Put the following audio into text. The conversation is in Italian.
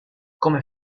come